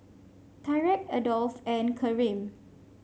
Tyrek Adolph and Karim